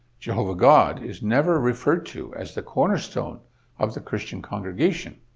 jehovah god is never referred to as the cornerstone of the christian congregation.